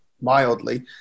mildly